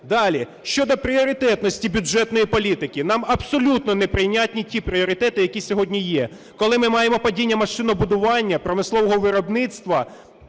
Далі. Щодо пріоритетності бюджетної політики. Нам абсолютно неприйнятні ті пріоритети, які сьогодні є. Коли ми маємо падіння машинобудування, промислового виробництва,